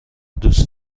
دوست